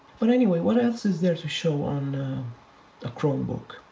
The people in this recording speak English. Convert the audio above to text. but anyway, what else is there to show on a chromebook?